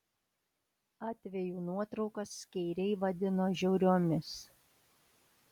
atvejų nuotraukas skeiriai vadino žiauriomis